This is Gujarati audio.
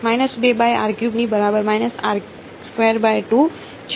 ની બરાબર છે